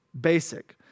basic